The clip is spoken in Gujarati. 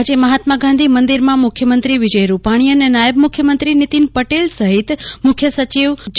આજે મહાત્માગાંધી મંદિરમાં મુખ્યમંત્રી વિજય રૂપાણી અને નાયબ મુખ્યમંત્રી નિતીન પટેલ સહિત મુખ્ય સચિવ જે